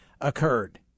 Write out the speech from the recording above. occurred